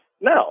No